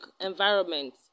environment